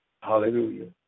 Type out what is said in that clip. Hallelujah